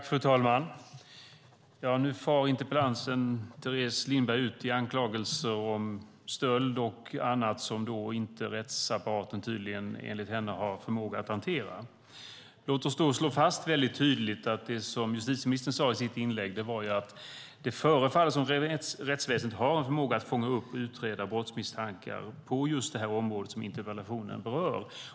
Fru talman! Nu far interpellanten Teres Lindberg ut i anklagelser om stöld och annat som rättsapparaten enligt henne inte har förmåga att hantera. Låt oss då slå fast väldigt tydligt att det justitieministern sade i sitt inlägg var att det förefaller som om rättsväsendet har en förmåga att fånga upp och utreda brottsmisstankar på just det här området som interpellationen berör.